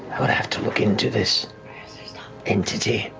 i would have to look into this entity.